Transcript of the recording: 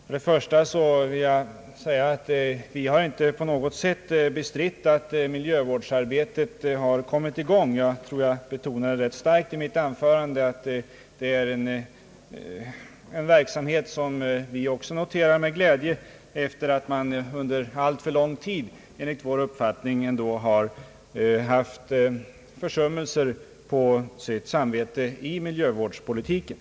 För det första vill jag säga att vi inte på något sätt har bestritt att miljövårds arbetet har kommit i gång — jag betonade starkt i mitt anförande att det är en verksamhet som vi också hälsar med glädje — efter det att man under alltför lång tid enligt vår uppfattning har haft försummelser på sitt samvete när det gäller miljövårdspolitiken.